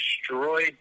destroyed